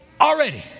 Already